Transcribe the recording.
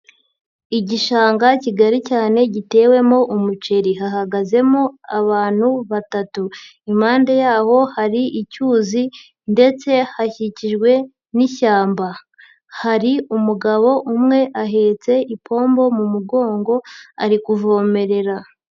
Igishanga kigari cyane gitewemo umuceri, hahagazemo abantu batatu, impande yaho hari icyuzi ndetse hakikijwe n'ishyamba, hari umugabo umwe, ahetse ipombo mu mugongo ari kuvomerera.